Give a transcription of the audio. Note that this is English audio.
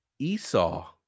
esau